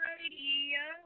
Radio